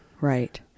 Right